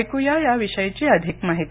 ऐक्या या विषयीची अधिक माहिती